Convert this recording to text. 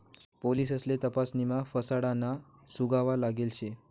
पोलिससले तपासणीमा फसाडाना सुगावा लागेल शे